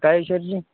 काळेश्वरची